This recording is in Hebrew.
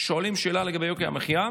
שואלים שאלה לגבי יוקר המחיה,